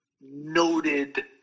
noted